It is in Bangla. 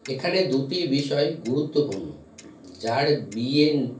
এখানে দুটি বিষয় গুরুত্বপূর্ণ যার বিয়ে